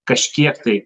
kažkiek tai